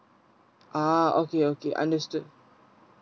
ah okay okay understood